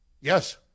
Yes